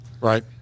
Right